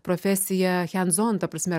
profesiją chenzon ta prasme